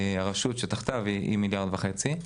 הרשות שתחתיו היא 1.5 מיליארד,